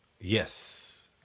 yes